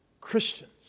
Christians